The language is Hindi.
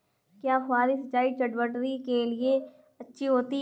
क्या फुहारी सिंचाई चटवटरी के लिए अच्छी होती है?